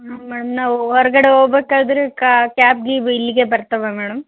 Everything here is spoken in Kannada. ಮ್ಯಾಮ್ ನಾವು ಹೊರ್ಗಡೆ ಹೋಬೇಕಾದ್ರೆ ಕ್ಯಾಬ್ ಗೀಬ್ ಇಲ್ಲಿಗೇ ಬರ್ತಾವಾ ಮೇಡಮ್